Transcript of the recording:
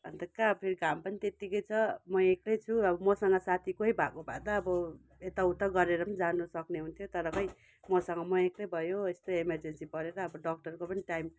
अन्त कहाँ फेरि घाम पनि त्यत्तिकै छ म एक्लै छु र अब मसँग साथी कोही भएको भए त अब यता उता गरेर जानु सक्ने हुन्थ्यो तर खै मसँग म एक्लै भयो यस्तो इमर्जेन्सी परेर अब डाक्टरको पनि टाइम